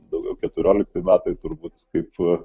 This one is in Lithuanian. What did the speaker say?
daugiau keturiolikti metai turbūt kaip